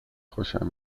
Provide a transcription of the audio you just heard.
خوشم